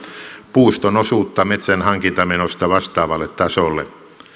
puuston osuutta metsän hankintamenosta vastaavalle tasolle